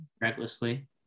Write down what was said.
recklessly